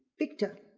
victor,